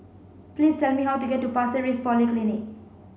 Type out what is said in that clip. please tell me how to get to Pasir Ris Polyclinic